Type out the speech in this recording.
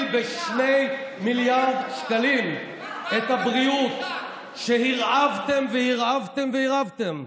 ב-2 מיליארד שקלים את תקציב הבריאות שהרעבתם והרעבתם והרעבתם.